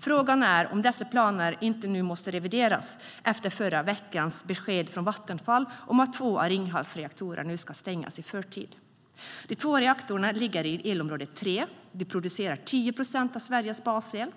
Frågan är dock om inte dessa planer måste revideras efter förra veckans besked från Vattenfall om att två av Ringhals reaktorer nu stängs i förtid.De två reaktorerna ligger i elområde 3, och de producerar 10 procent av Sveriges basel.